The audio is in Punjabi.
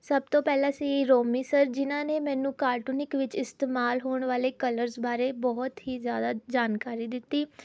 ਸਭ ਤੋਂ ਪਹਿਲਾਂ ਸੀ ਰੋਮੀ ਸਰ ਜਿਹਨਾਂ ਨੇ ਮੈਨੂੰ ਕਾਰਟੂਨਿੰਗ ਵਿੱਚ ਇਸਤੇਮਾਲ ਹੋਣ ਵਾਲੇ ਕਲਰਸ ਬਾਰੇ ਬਹੁਤ ਹੀ ਜ਼ਿਆਦਾ ਜਾਣਕਾਰੀ ਦਿੱਤੀ